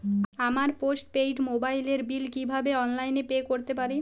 আমার post paid মোবাইলের bill কীভাবে অনলাইনে পে করতে পারি?